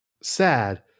sad